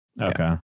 Okay